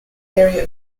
area